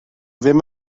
ddim